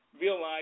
realize